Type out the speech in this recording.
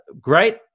great